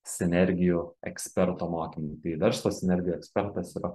sinergijų eksperto mokymai tai verslo sinergijų ekspertas yra